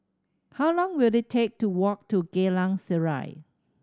how long will it take to walk to Geylang Serai